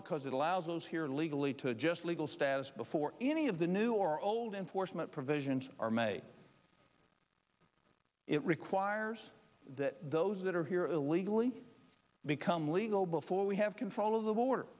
because it allows those here legally to adjust legal status before any of the new or old enforcement provisions are made it requires that those that are here illegally become legal before we have control of the border